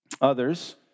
Others